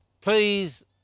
Please